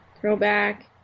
throwback